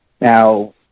Now